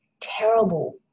terrible